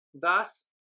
Thus